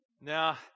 Now